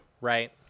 Right